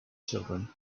children